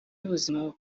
y’ubuzima